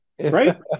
Right